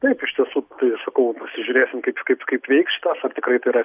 taip iš tiesų tai sakau pasižiūrėsim kaip kaip kaip veiks šitas ar tikrai tai yra